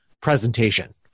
presentation